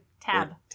Tab